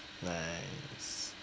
nice